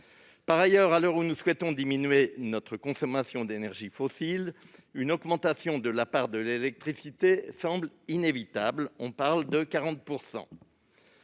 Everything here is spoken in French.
Par ailleurs, à l'heure où nous souhaitons diminuer notre consommation d'énergies fossiles, une augmentation de la part de l'électricité dans le mix énergétique, de l'ordre de 40